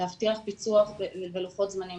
להבטיח ביצוע ולוחות זמנים,